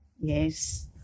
Yes